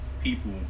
people